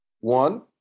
One